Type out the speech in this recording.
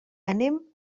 anem